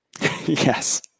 Yes